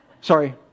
Sorry